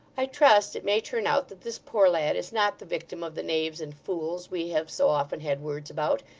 i trust it may turn out that this poor lad is not the victim of the knaves and fools we have so often had words about,